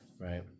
right